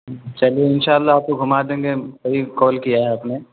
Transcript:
چلیے ان شاء اللہ آپ کو گھما دیں گے صحیح کال کیا ہے آپ نے